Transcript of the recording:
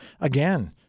again